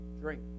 drink